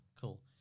Cool